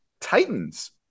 Titans